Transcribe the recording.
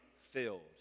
filled